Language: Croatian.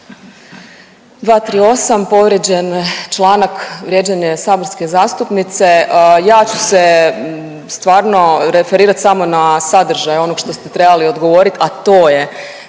238. povrijeđen članak vrijeđanje saborske zastupnice. Ja ću se stvarno referirat samo na sadržaj onog što ste trebali odgovorit, a to je